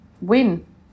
win